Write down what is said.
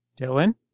Dylan